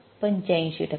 ८५ टक्के